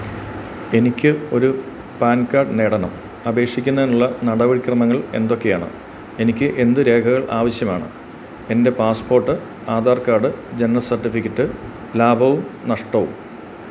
എനിക്ക് ഒരു PAN card നേടണം അപേക്ഷിക്കുന്നതിനുള്ള നടപടി ക്രമങ്ങൾ എന്തൊക്കെയാണ് എനിക്ക് എന്തു രേഖകൾ ആവശ്യമാണ് എന്റെ പാസ്പ്പോട്ട് ആധാർ കാഡ് ജനന സർട്ടിഫിക്കറ്റ് ലാഭവും നഷ്ടവും